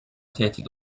tehdit